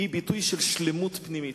היא ביטוי של שלמות פנימית.